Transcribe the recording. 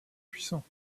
puissants